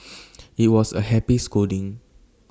IT was A happy scolding